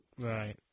Right